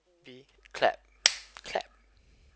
B clap clap